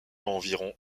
environ